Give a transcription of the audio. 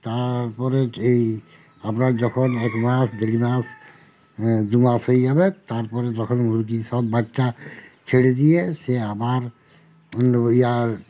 তারপরে এই আপনার যখন এক মাস দেড় মাস দু মাস হয়ে যাবে তারপরে যখন মুরগির সব বাচ্চা ছেড়ে দিয়ে সে আমার বিভিন্ন ইয়ার্ড